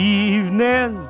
evening